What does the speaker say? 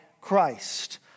Christ